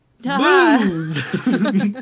Booze